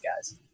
guys